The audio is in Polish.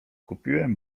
kupiłem